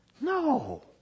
no